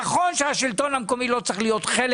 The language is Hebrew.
נכון שהשלטון המקומי לא צריך להיות חלק